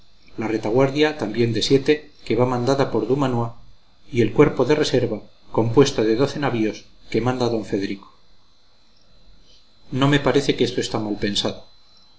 la retaguardia también de siete que va mandada por dumanoir y el cuerpo de reserva compuesto de doce navíos que manda don federico no me parece que está esto mal pensado